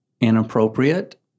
inappropriate